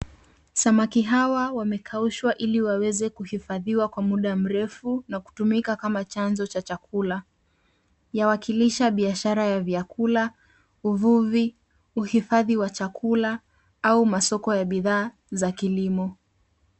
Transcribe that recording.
Samaki hawa wamekuashwa ili waweze kuhifadhiwa kwa muda mrefu na kutumika kama chanzo cha chakula. Yawakilisha biashara ya vyakula, uvuvi, uhifadhi wa chakula au masoko ya bidhaa ya kilimo.